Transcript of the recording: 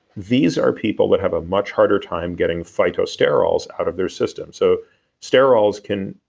these are people that have a much harder time getting phytosterols out of their system. so sterols can,